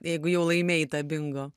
jeigu jau laimėjai tą bingo